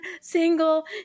single